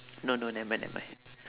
no no nevermind neh mind